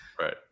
Right